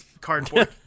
cardboard